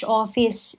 office